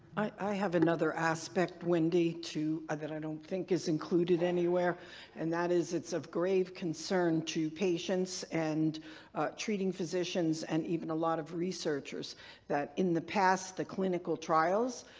i have another aspect, wendy, to. ah that i don't think is included anywhere and that is, it's of grave concern to patients and treating physicians and even a lot of researchers that in the past the clinical trials,